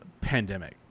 pandemic